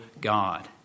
God